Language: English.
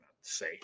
say